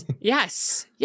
yes